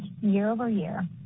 year-over-year